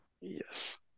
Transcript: Yes